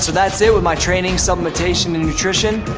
so that's it with my training, supplementation, and nutrition.